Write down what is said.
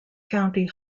county